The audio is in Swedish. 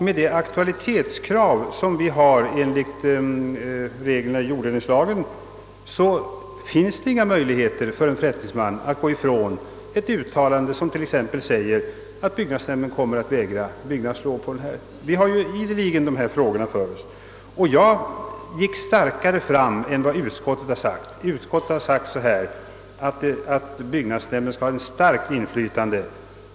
Med det aktualitetskrav som vi har enligt reglerna i jorddelningslagen har en förrättningsman inga möjligheter att gå emot byggnadsnämndens uttalande, om detta går ut på att byggnadsnämnden kommer att vägra byggnadslov. Vi har ideligen ärenden, där den situationen föreligger. Utskottet har sagt, att byggnadsnämnden skall ha ett starkt inflytande.